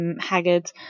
haggard